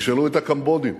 תשאלו את הקמבודים,